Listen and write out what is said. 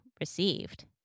received